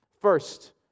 First